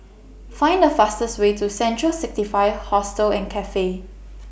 Find The fastest Way to Central sixty five Hostel and Cafe